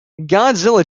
godzilla